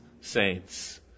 saints